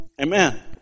Amen